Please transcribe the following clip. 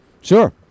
sure